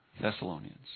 Thessalonians